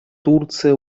турция